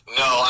no